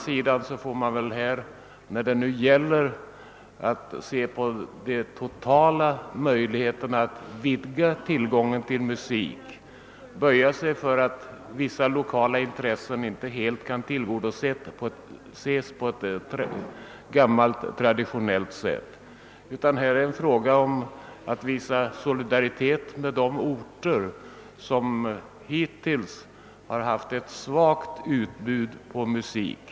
Men man får ju, när det nu gäller att se till de totala möjligheterna att vidga tillgången till musik, böja sig för att vissa lokala intressen inte helt kan tillgodoses på gammalt traditionellt sätt. Det är fråga om att visa solidaritet med de orter som hittills har haft ett svagt utbud på musik.